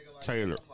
Taylor